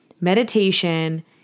Meditation